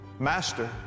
Master